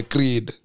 Creed